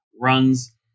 runs